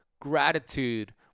gratitude